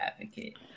advocate